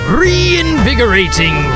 reinvigorating